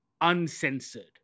uncensored